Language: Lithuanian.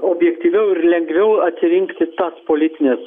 objektyviau ir lengviau atsirinkti tas politines